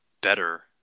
better